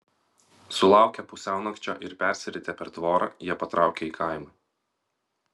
sulaukę pusiaunakčio ir persiritę per tvorą jie patraukė į kaimą